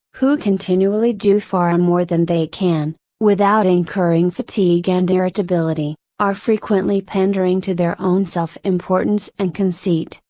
who continually do far and more than they can, without incurring fatigue and irritability, are frequently pandering to their own self importance and conceit,